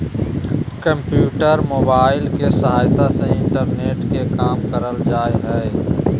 computer, mobile के सहायता से ही इंटरनेट के काम करल जा हय